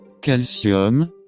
Calcium